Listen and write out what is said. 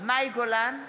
מאי גולן,